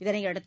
இதனையடுத்து